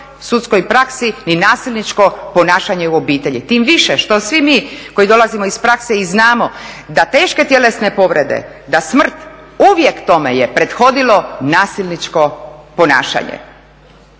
sudskoj praksi ni nasilničko ponašanje u obitelji. Tim više što svi mi koji dolazimo iz prakse i znamo da teške tjelesne povrede, da smrt, uvijek tome je prethodilo nasilničko ponašanje.